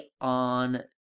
on